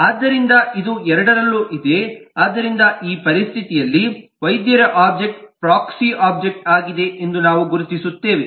ಆದ್ದರಿಂದ ಇದು ಎರಡರಲ್ಲೂ ಇದೆ ಆದ್ದರಿಂದ ಈ ಪರಿಸ್ಥಿತಿಯಲ್ಲಿ ವೈದ್ಯರ ಒಬ್ಜೆಕ್ಟ್ ಪ್ರಾಕ್ಸಿ ಒಬ್ಜೆಕ್ಟ್ ಆಗಿದೆ ಎಂದು ನಾವು ಗುರುತಿಸುತ್ತೇವೆ